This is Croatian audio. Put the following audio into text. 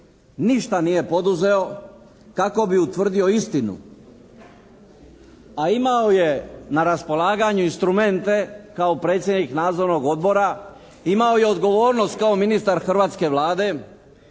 ništa nije poduzeo kako bi utvrdio istinu. A imao je na raspolaganju instrumente kao predsjednik Nadzornog odbora. Imao je odgovornost kao ministar hrvatske Vlade.